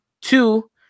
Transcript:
Two